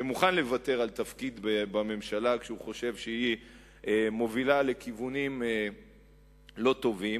שמוכן לוותר על תפקיד בממשלה כשהוא חושב שהיא מובילה לכיוונים לא טובים.